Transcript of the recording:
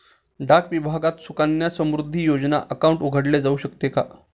डाक विभागात सुकन्या समृद्धी योजना अकाउंट उघडले जाऊ शकते का?